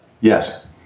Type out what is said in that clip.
Yes